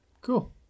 Cool